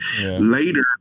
later